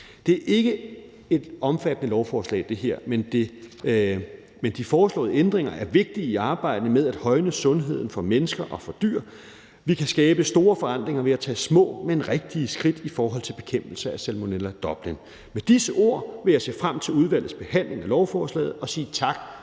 her er ikke et omfattende lovforslag, men de foreslåede ændringer er vigtige i arbejdet med at højne sundheden for mennesker og for dyr. Vi kan skabe store forandringer ved at tage små, men rigtige skridt i forhold til bekæmpelse af Salmonella Dublin. Med disse ord vil jeg se frem til udvalgets behandling af lovforslaget og sige tak